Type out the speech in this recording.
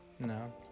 No